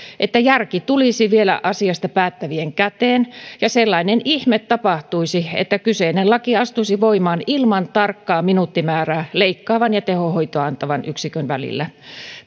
että järki tulisi vielä asiasta päättävien käteen ja sellainen ihme tapahtuisi että kyseinen laki astuisi voimaan ilman tarkkaa minuuttimäärää leikkaavan ja tehohoitoa antavan yksikön välillä